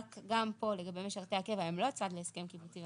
רק גם פה לגבי משרתי הקבע הם לא צד להסכם קיבוצי,